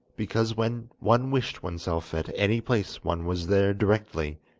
because when one wished oneself at any place one was there directly,